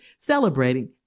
celebrating